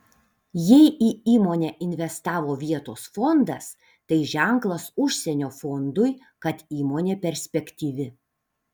jei į įmonę investavo vietos fondas tai ženklas užsienio fondui kad įmonė perspektyvi